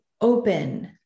open